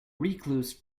recluse